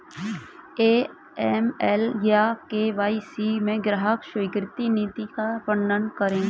AML या KYC में ग्राहक स्वीकृति नीति का वर्णन करें?